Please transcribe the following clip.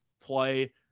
play